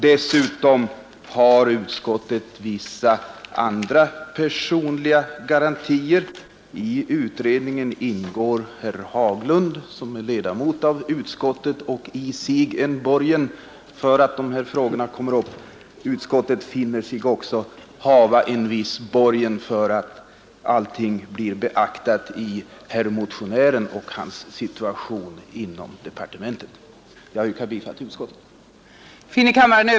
Dessutom har utskottet vissa andra, personliga garantier. I utredningen ingår herr Haglund som är ledamot av utskottet och i sig utgör en garant för att dessa frågor kommer upp. Utskottet finner sig också ha en viss borgen för att allting blir beaktat genom herr motionären och hans ställning inom departementet.